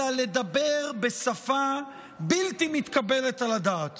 אלא לדבר בשפה בלתי מתקבלת על הדעת